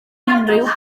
unrhyw